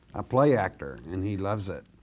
a play actors and he loves it.